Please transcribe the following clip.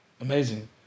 amazing